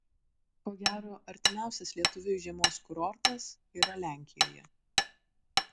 ko gero artimiausias lietuviui žiemos kurortas yra lenkijoje